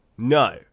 No